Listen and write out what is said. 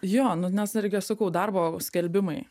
jo nu nes dar irgi sakau darbo skelbimai